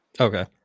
Okay